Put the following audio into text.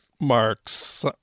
marks